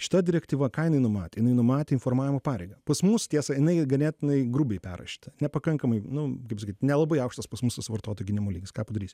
šita direktyva ką jinai numatė jinai numatė informavimo pareigą pas mus tiesa jinai ganėtinai grubiai perrašyta nepakankamai nu kaip sakyt nelabai aukštas pas mus tas vartotojų gynimo lygis ką padarysi